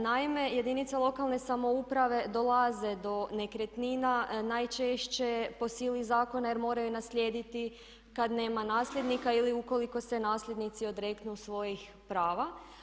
Naime, jedinice lokalne samouprave dolaze do nekretnina najčešće po sili zakona jer moraju naslijediti kad nema nasljednika ili ukoliko se nasljednici odreknu svojih prava.